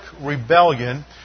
rebellion